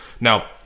Now